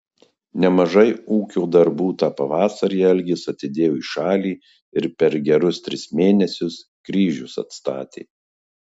nemažai ūkio darbų tą pavasarį algis atidėjo į šalį ir per gerus tris mėnesius kryžius atstatė